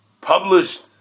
published